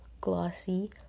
glossy